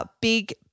big